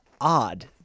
odd